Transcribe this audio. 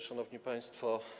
Szanowni Państwo!